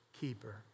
keeper